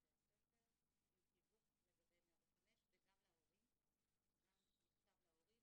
בתי הספר עם תיווך לגבי 105. גם מכתב להורים,